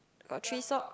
got three socks